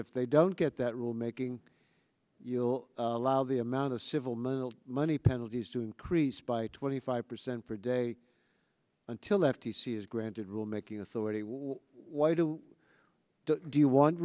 if they don't get that rule making you'll allow the amount of civil money the money penalties do increase by twenty five percent per day until f t c is granted rule making authority why to do you want